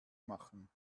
machen